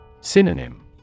Synonym